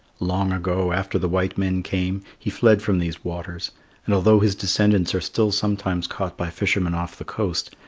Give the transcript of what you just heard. long ago, after the white men came, he fled from these waters and although his descendants are still sometimes caught by fishermen off the coast,